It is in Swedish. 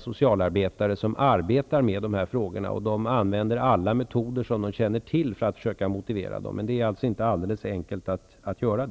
Socialarbetarna som arbetar med de här frågorna är mycket skickliga, och de använder alla kända metoder för att försöka motivera dessa människor. Det är emellertid inte helt lätt.